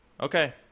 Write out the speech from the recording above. Okay